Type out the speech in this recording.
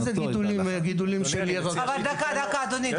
מה זה גידולים של --- אדוני, דקה.